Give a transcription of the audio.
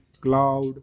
cloud